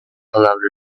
allowed